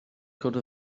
cwrdd